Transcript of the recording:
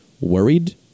worried